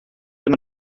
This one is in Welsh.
ddim